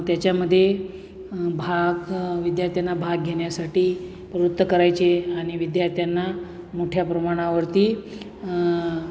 त्याच्यामध्ये भाग विद्यार्थ्यांना भाग घेण्यासाठी प्रवृत्त करायचे आणि विद्यार्थ्यांना मोठ्या प्रमाणावरती